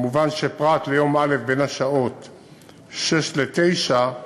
מובן שפרט ליום א' בין 06:00 ל-09:00,